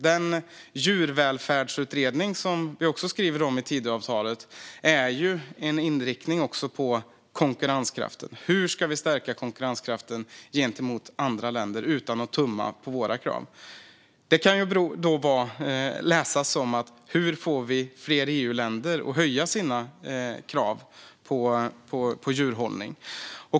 Den djurvälfärdsutredning som vi också skriver om i Tidöavtalet är ju en inriktning också för konkurrenskraften: Hur ska vi stärka konkurrenskraften gentemot andra länder utan att tumma på våra krav? Det kan då läsas som: Hur får vi fler EU-länder att höja sina krav på djurhållning?